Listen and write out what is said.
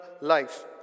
life